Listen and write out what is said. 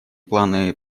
планы